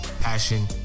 passion